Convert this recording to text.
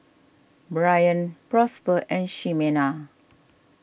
Brien Prosper and Ximena